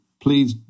please